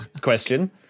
question